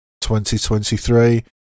2023